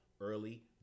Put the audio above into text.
early